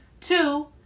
Two